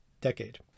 decade